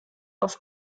auf